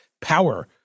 power